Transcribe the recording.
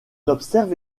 observe